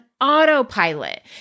autopilot